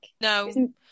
no